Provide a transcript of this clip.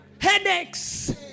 headaches